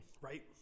Right